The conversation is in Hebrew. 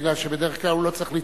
מפני שבדרך כלל הוא לא צריך לצעוק,